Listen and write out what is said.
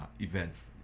events